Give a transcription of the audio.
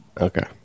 Okay